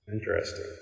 Interesting